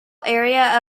area